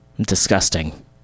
Disgusting